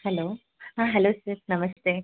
hello ಹಾಂ hello sir ನಮಸ್ತೆ